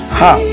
ha